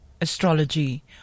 astrology